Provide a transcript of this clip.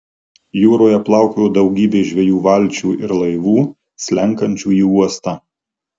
jūroje plaukiojo daugybė žvejų valčių ir laivų slenkančių į uostą